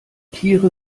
tiere